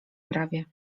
prawie